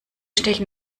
stechen